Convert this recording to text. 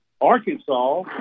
Arkansas